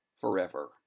forever